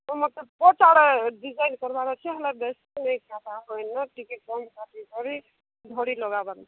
ମୋତେ ପଚାର ହେ ଡିଜାଇନ୍ କରିବାର ଅଛି ହେଲେ ବେଶୀ ନାଇଁ କାଟା କହିଲି ନା ଟିକେ କମ୍ କାଟି କରି ଧଡ଼ି ଲଗାବାର ଅଛି